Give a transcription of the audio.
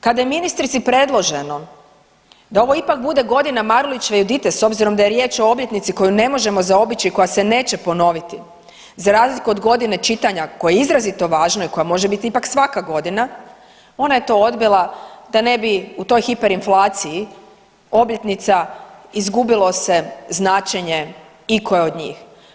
Kada je ministrici predloženo da ovo ipak bude godina Marulićeve Judite s obzirom da je riječ o obljetnici koju ne možemo zaobići i koja se neće ponoviti, za razliku od godine čitanja koja je izrazito važna i koja može biti ipak svaka godina, ona je to odbila da ne bi u toj hiperinflaciji obljetnica izgubilo se značenje ikoje od njih.